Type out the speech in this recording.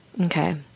Okay